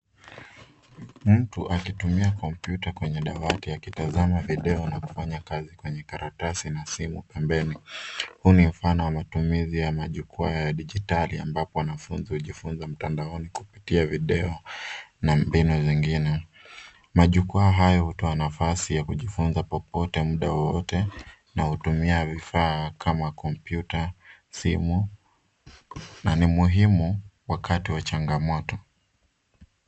Mtu akitumia kompyuta kwenye dawati akitazama video na kufanya kazi kwenye karatasi na simu pembeni. Huu ni mfano wa matumizi ya majukwaa ya dijitali ambapo wanafunzi hujifunza mtandaoni kupitia video na mbinu zingine. Majukwaa hayo hutoa nafasi ya kujifunza popote muda wowote na hutumia vifaa kama kompyuta, simu na ni muhimu wakati wa changamoto.